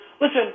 listen –